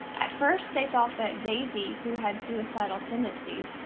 at first, they thought that daisie, who had suicidal tendencies,